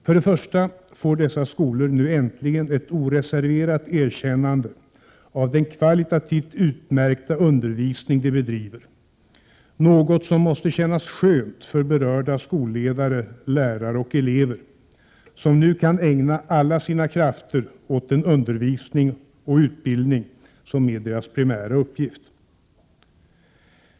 För det första får dessa skolor nu äntligen ett oreserverat erkännande av den kvalitativt utmärkta undervisning de bedriver; något som måste kännas skönt för berörda skolledare, lärare och elever, som nu kan ägna alla sina krafter åt den undervisning och utbildning som är deras primära uppgift.